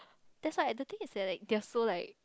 that's why the thing is that like guess so like